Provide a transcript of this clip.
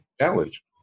challenge